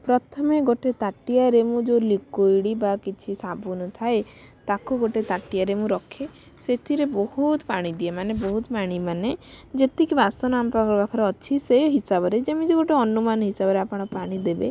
ପ୍ରଥମେ ଗୋଟେ ତାଟିଆରେ ମୁଁ ଯେଉଁ ଲିକୁଇଡ଼ ବା କିଛି ସାବୁନ ଥାଇ ତାକୁ ଗୋଟେ ତାଟିଆରେ ମୁଁ ରଖେ ସେଥିରେ ବହୁତ ପାଣି ଦିଏ ମାନେ ବହୁତ ପାଣି ମାନେ ଯେତିକି ବାସନ ଆମ ପାଖରେ ଅଛି ସେଇ ହିସାବରେ ଯେମିତି ଗୋଟେ ଅନୁମାନ ହିସାବରେ ଆପଣ ପାଣି ଦେବେ